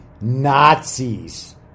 Nazis